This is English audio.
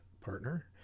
partner